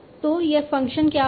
तो यह फ़ंक्शन क्या होगा